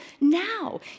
now